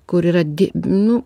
kur yra di nu